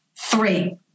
Three